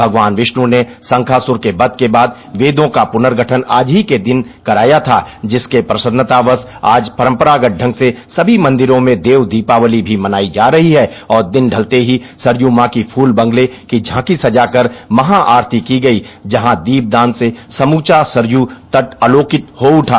भगवान विष्णु ने शंखासुर के वध के बाद वेदों का पुनर्गठन आज ही के दिन करया था जिसकी प्रसन्नतावश आज परम्परागत ढंग से सभी मंदिरों में देव दीपावली भी मनाई जा रही है और दिन ढलते ही सरयू मॉ के फूल बंगले की झांकी सजाकर महाआरती की गयी जहां दीपदान से समूचा सरयू तट आलोकित हो उठा